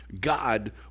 God